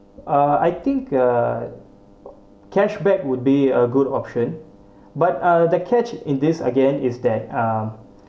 uh I think uh cashback would be a good option but uh the catch in this again is that uh